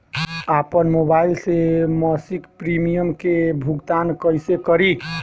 आपन मोबाइल से मसिक प्रिमियम के भुगतान कइसे करि?